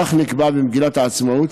כך נקבע במגילת העצמאות,